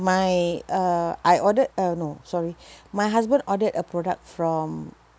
my uh I ordered uh no sorry my husband ordered a product from